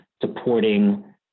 supporting